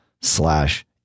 slash